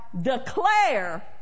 declare